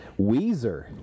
weezer